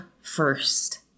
first